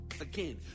Again